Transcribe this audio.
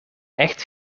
echt